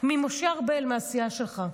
ממשה ארבל מהסיעה שלך.